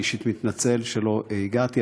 אני אישית מתנצל על שלא הגעתי,